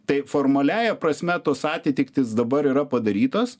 taip formaliąja prasme tos atitiktys dabar yra padarytos